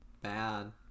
Bad